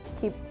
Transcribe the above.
keep